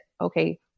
okay